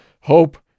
Hope